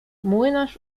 młynarz